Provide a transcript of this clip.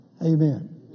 Amen